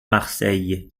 marseille